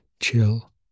chill